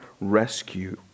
rescue